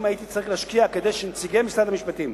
הייתי צריך להשקיע כדי שנציגי משרד המשפטים